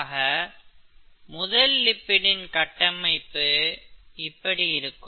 ஆக முதல் லிப்பிடின் கட்டமைப்பு இப்படி இருக்கும்